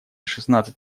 шестнадцать